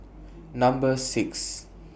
Number six